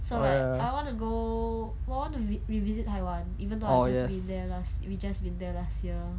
so like I want to go oh I want to re~ revisit taiwan even though I've just been there last we've just been there last year